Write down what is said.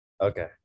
okay